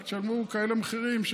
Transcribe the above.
רק תשלמו כאלה מחירים,